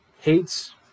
hates